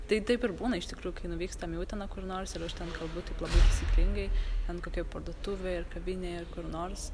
tai taip ir būna iš tikrųjų kai nuvykstam į uteną kur nors ir aš ten kalbu taip labai taisyklingai ten kokioj parduotuvėj ar kavinėj ar kur nors